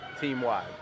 team-wide